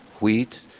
wheat